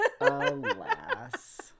Alas